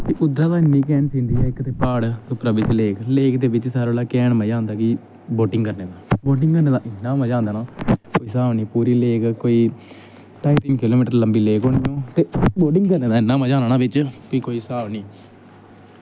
उद्धरा दा इन्नी कैंट सीनरी ऐ इक ते प्हाड़ उप्परा बिच्च लेक लेक दे बिच्च सारें कोला कैंट मज़ा आंदा कि बोटिंग करने दा बोटिंग करने दा इन्ना मज़ा आंदा न कोई स्हाब निं पूरी लेक कोई ढाई तिन्न किलो मीटर लंबी लेक होनी ऐ ते बोटिंग करने दा इन्ना मज़ा आंदा न बिच्च कि कोई स्हाब निं